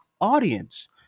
audience